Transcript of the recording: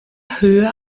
höhe